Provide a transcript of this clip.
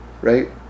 right